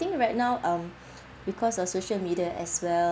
think right now um because of social media as well